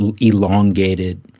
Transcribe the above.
elongated